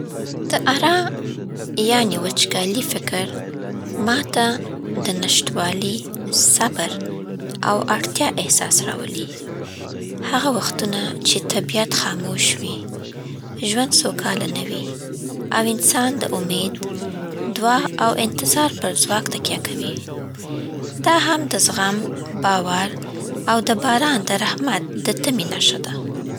د عره یعني وچکالي فکر ما ته د نشتوالي، صبر، او اړتیا احساس راولي، هغه وختونه چې طبیعت خاموش وي، ژوند سوکاله نه وي، او انسان د امید، دعا او انتظار پر ځواک تکیه کوي. دا هم د زغم، باور، او د باران د رحمت د تمې نښه ده.